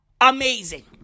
amazing